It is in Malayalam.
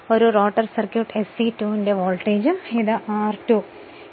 ഒരു റോട്ടർ സർക്യൂട്ട് SE2 ന്റെ വോൾട്ടേജും ഇത് r2 SX2 ആണ്